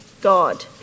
God